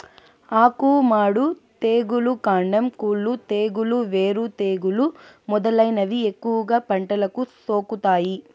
ఆకు మాడు తెగులు, కాండం కుళ్ళు తెగులు, వేరు తెగులు మొదలైనవి ఎక్కువగా పంటలకు సోకుతాయి